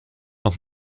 want